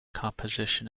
composition